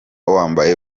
wambaye